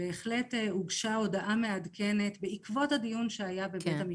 בהחלט הוגשה הודעה מעדכנת בעקבות הדיון שהיה בבית המשפט.